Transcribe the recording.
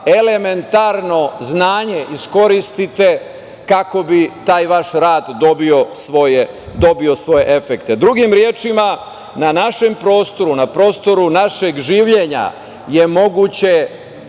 elementarno znanje iskoristite kako bi taj vaš rad dobio svoje efekte. Drugim rečima, na našem prostoru, na prostoru našeg življenja je moguće